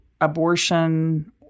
abortion